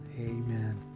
amen